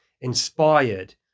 inspired